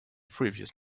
previous